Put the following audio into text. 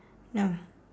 no